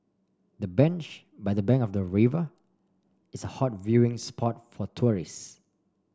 the bench by the bank of the river is a hot viewing spot for tourists